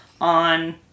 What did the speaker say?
on